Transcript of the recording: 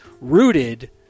rooted